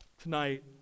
Tonight